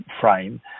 frame